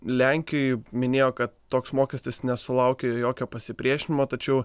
lenkijoj minėjo kad toks mokestis nesulaukė jokio pasipriešinimo tačiau